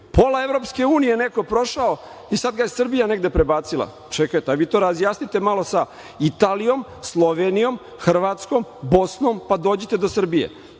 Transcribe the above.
Pola EU je neko prošao i sada je Srbija negde prebacila. Čekajte, ajde vi to razjasnite malo sa Italijom, Slovenijom, Hrvatskom, BiH, pa dođite do Srbije.